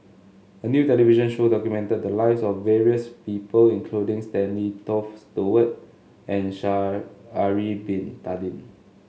a new television show documented the lives of various people including Stanley Toft Stewart and Sha'ari Bin Tadin